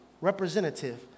representative